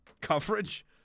coverage